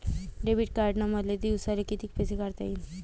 Debit कार्डनं मले दिवसाले कितीक पैसे काढता येईन?